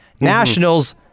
Nationals